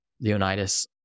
leonidas